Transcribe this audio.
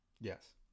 Yes